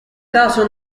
caso